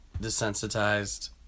desensitized